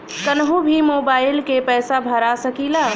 कन्हू भी मोबाइल के पैसा भरा सकीला?